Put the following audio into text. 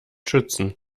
schützen